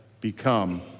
become